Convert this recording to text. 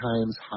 times